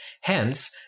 Hence